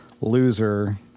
Loser